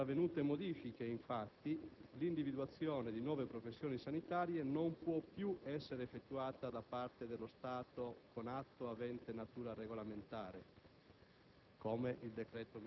Per tali sopravvenute modifiche, infatti, l'individuazione di nuove professioni sanitarie non può più essere effettuata da parte dello Stato con atto avente natura regolamentare